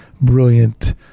brilliant